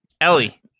ellie